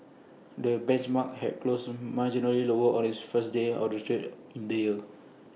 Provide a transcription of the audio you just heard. the benchmark had closed marginally lower on its first day of trade in the year